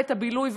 ואת הבילוי,